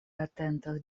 atentas